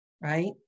right